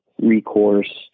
recourse